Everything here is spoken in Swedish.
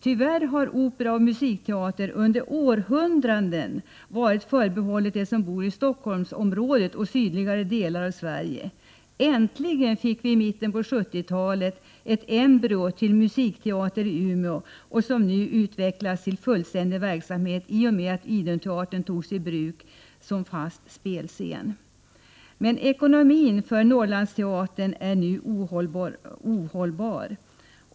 Tyvärr har opera och musikteater under århundraden varit förbehållna dem som bor i Stockholmsområdet och sydligare delar av Sverige. Äntligen fick vi i mitten av 1970-talet ett embryo till musikteater i Umeå, som nu utvecklas till fullständig verksamhet i och med att IDUN-Teatern har tagits i bruk som fast spelscen. Men ekonomin för Norrlandsteatern är nu ohållbar.